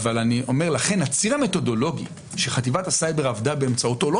לכן הציר המתודולוגי שחטיבת הסייבר עבדה באמצעותו הוא לא